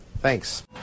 Thanks